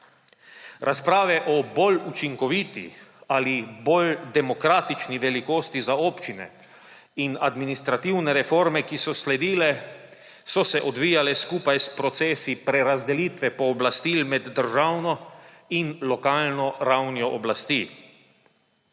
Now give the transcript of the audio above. Razprave o bolj učinkoviti ali bolj demokratični velikosti za občine in administrativne reforme, ki so sledile, so se odvijale skupaj s procesi prerazdelitve pooblastil med državno in lokalno ravnjo oblasti.